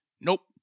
Nope